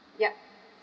ya